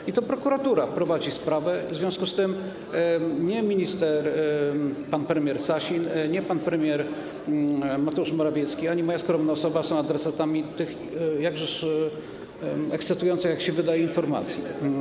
I to prokuratura prowadzi sprawę, w związku z tym nie minister, pan premier Sasin, nie pan premier Mateusz Morawiecki ani nie moja skromna osoba są adresatami tych jakżeż ekscytujących, jak się wydaje, informacji.